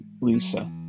Lisa